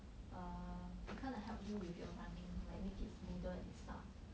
err it kind of helps you with your running like make it smoother and stuff